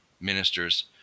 ministers